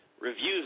reviews